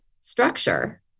structure